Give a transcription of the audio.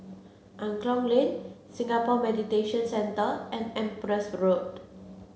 Angklong Lane Singapore Mediation Centre and Empress Road